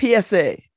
PSA